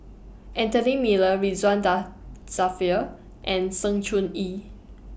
Anthony Miller Ridzwan DA Dzafir and Sng Choon Yee